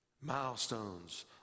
milestones